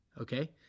Okay